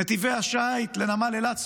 נתיבי השיט לנמל אילת סגורים,